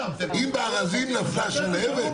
אם בארזים נפלה שלהבת.